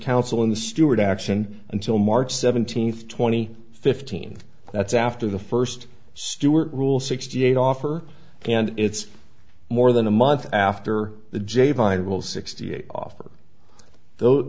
counsel in the stewart action until march seventeenth twenty fifteen that's after the first stuart rule sixty eight offer and it's more than a month after the j viable sixty eight offer